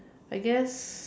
I guess